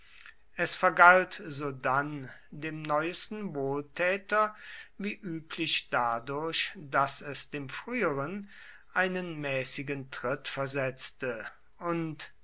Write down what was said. es vergalt sodann dem neuesten wohltäter wie üblich dadurch daß es dem früheren einen mäßigen tritt versetzte und